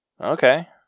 Okay